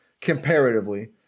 comparatively